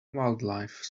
wildlife